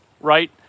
right